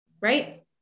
Right